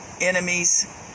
enemies